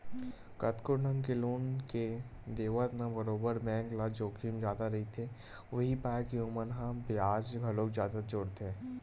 कतको ढंग के लोन के देवत म बरोबर बेंक ल जोखिम जादा रहिथे, उहीं पाय के ओमन ह बियाज घलोक जादा जोड़थे